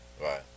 Right